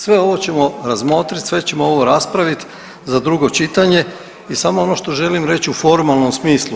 Sve ovo ćemo razmotrit, sve ćemo ovo raspravit za drugo čitanje i samo ono što želim reći u formalnom smislu.